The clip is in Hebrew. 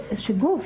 גוף,